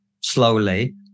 slowly